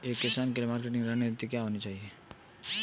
एक किसान के लिए मार्केटिंग रणनीति क्या होनी चाहिए?